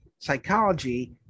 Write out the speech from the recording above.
psychology